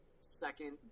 second